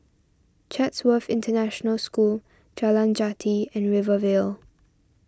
Chatsworth International School Jalan Jati and Rivervale